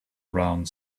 around